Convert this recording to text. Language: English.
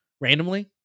randomly